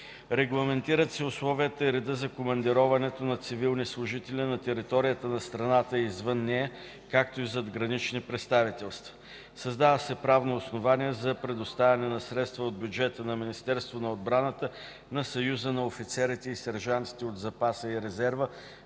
Регламентират се условията и реда за командироването на цивилни служители на територията на страната и извън нея, както и в задгранични представителства. Създава се правно основание за предоставяне на средства от бюджета на Министерство на отбраната на Съюза на офицерите и сержантите от запаса и резерва